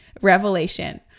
Revelation